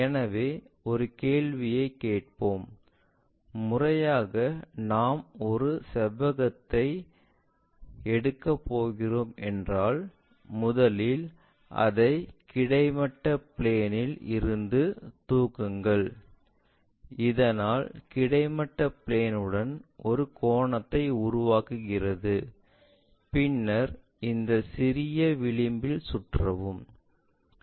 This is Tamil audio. எனவே ஒரு கேள்வியைக் கேட்போம் முறையாக நாம் ஒரு செவ்வகத்தை எடுக்கப் போகிறோம் என்றால் முதலில் அதை கிடைமட்ட பிளேன் இல் இருந்து தூக்குங்கள் இதனால் கிடைமட்ட பிளேன் உடன் ஒரு கோணத்தை உருவாக்குகிறது பின்னர் இந்த சிறிய விளிம்பில் சுற்றவும்